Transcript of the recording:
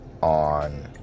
on